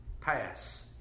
pass